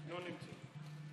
לא נמצא.